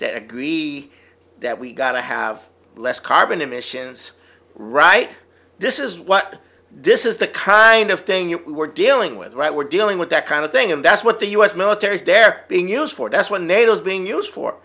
that agree that we've got to have less carbon emissions right this is what this is the kind of thing you were dealing with right we're dealing with that kind of thing and that's what the u s military is there being used for that's what nato is being used for